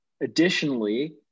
Additionally